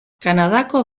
kanadako